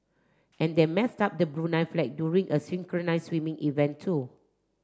and they messed up the Brunei flag during a synchronise swimming event too